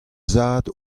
zad